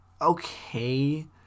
okay